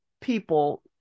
people